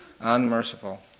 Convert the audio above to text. unmerciful